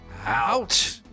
out